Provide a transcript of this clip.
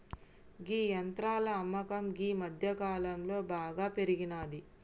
గీ యంత్రాల అమ్మకం గీ మధ్యకాలంలో బాగా పెరిగినాది